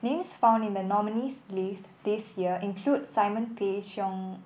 names found in the nominees' list this year include Simon Tay Seong